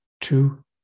Two